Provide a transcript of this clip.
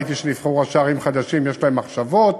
ראיתי שנבחרו ראשי ערים חדשים, יש להם מחשבות.